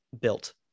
built